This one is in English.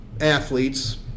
athletes